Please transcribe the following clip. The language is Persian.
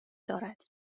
دارد